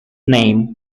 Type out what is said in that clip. name